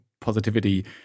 positivity